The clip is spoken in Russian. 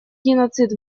геноцид